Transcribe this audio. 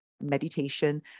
meditation